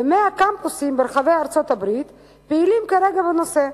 ו-100 קמפוסים ברחבי ארצות-הברית פעילים כרגע בנושא.